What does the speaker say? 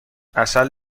عسل